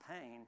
pain